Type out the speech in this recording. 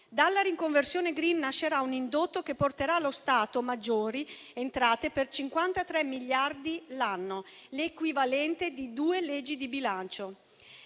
Dalla riconversione *green* nascerà un indotto che porterà allo Stato maggiori entrate per 53 miliardi l'anno, l'equivalente di due leggi di bilancio.